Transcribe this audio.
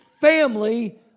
family